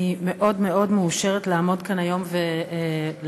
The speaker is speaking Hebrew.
אני מאוד מאוד מאושרת לעמוד כאן היום ולהעביר